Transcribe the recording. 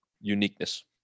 uniqueness